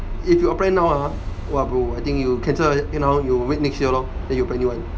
if you apply now ah !wah! bro I think you cancel now you wait next year lor then you apply new one